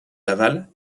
laval